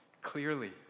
clearly